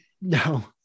no